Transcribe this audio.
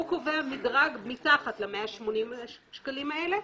הוא קובע מדרג מתחת ל-180 שקלים האלה,